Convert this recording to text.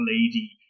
lady